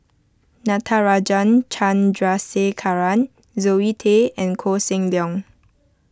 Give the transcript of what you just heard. Natarajan Chandrasekaran Zoe Tay and Koh Seng Leong